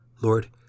Lord